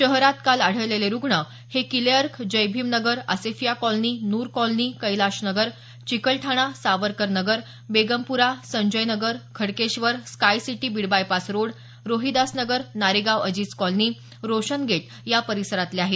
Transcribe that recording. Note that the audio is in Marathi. शहरात काल आढळलेले रुग्ण हे Killeark Jaibhimnagar Asefia colony Noor colony Kailash Nagar Chikalthana Savarkar Nagar Begumpura Sanjay Nagar Khadkeshwar Sky City Beed bypass road Rohidas Nagar Naregaon Aziz colony Roshangate या परिसरातले आहेत